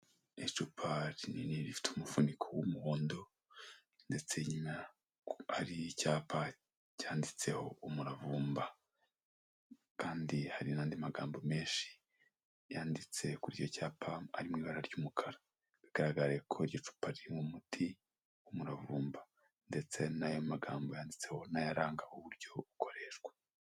Icupa rinini rifite umufuniko w'umuhondo ndetse ubonako hari icyapa cyanditseho umuravumba. Kandi hari n'andi magambo menshi yanditse kuri icyo cyapa ari mu ibara ry'umukara. Bigaragarako iryo cupa ririmo umuti w'umuravumba. Ndetse n'ayo magambo yanditseho n'ayaranga uburyo bawukoreshwa.